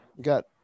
got